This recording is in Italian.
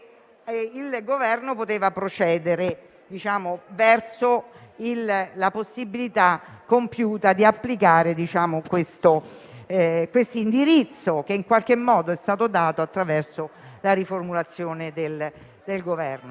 quest'ultimo poteva procedere verso la possibilità compiuta di applicare questo indirizzo, che in qualche modo è stato dato attraverso la riformulazione del Governo.